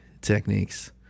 techniques